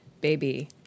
baby